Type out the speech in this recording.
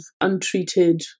untreated